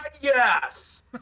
Yes